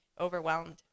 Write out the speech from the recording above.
overwhelmed